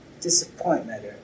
disappointment